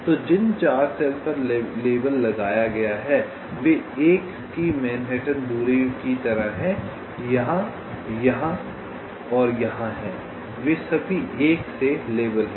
तो जिन 4 सेल पर लेबल लगाया गया है वे 1 की मैनहट्टन दूरी की तरह हैं यहाँ यहाँ और यहाँ हैं वे सभी एक से लेबल हैं